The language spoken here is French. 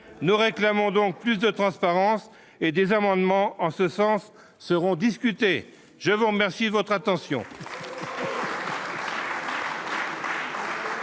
nous réclamons donc plus de transparence et des amendements en ce sens seront discutées, je vous remercie de votre attention.